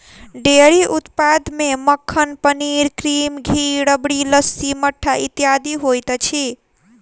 dairy उत्पाद मे मक्खन, पनीर, क्रीम, घी, राबड़ी, लस्सी, मट्ठा इत्यादि होइत अछि